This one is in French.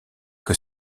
que